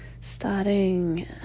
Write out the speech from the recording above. starting